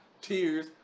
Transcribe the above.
tears